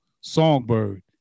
Songbird